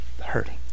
hurting